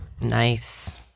Nice